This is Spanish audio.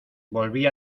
volví